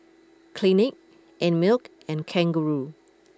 Clinique Einmilk and Kangaroo